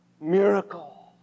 Miracle